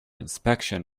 inspection